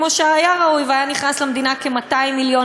כמו שהיה ראוי והיו נכנסים למדינה כ-200 מיליון,